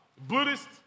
Buddhist